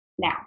now